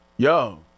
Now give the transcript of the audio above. Yo